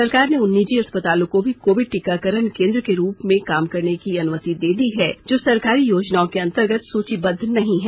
सरकार ने उन निजी अस्पतालों को भी कोविड टीकाकरण केन्द्र के रूप में काम करने की अनुमति दे दी है जो सरकारी योजनाओं के अंतर्गत सुचीबद्व नहीं हैं